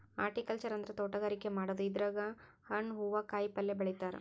horticulture ಅಂದ್ರ ತೋಟಗಾರಿಕೆ ಮಾಡದು ಇದ್ರಾಗ್ ಹಣ್ಣ್ ಹೂವಾ ಕಾಯಿಪಲ್ಯ ಬೆಳಿತಾರ್